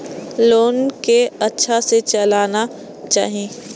Loan के अच्छा से चलाना चाहि?